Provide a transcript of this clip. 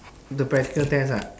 the practical test ah